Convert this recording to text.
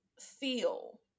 feel